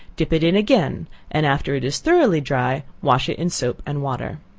dip it in again and after it is thoroughly dry, wash it in soap and water.